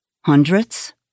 Hundreds